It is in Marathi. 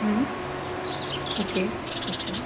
ओके अच्छा